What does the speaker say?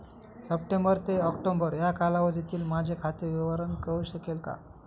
September ते October या कालावधीतील माझे खाते विवरण कळू शकेल का?